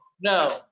no